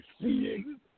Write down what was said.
seeing